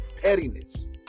pettiness